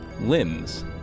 limbs